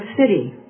City